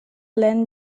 lend